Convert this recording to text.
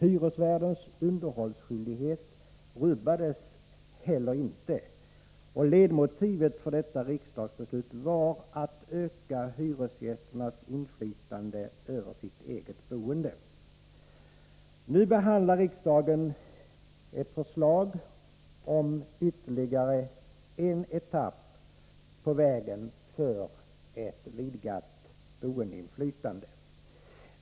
Hyresvärdens underhållsskyldighet rubbades inte heller. Ledmotivet för detta riksdagsbeslut var att öka hyresgästernas inflytande över sitt eget boende. Nu behandlar riksdagen ett förslag om ytterligare en etapp på vägen mot ett vidgat boendeinflytande.